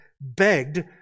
begged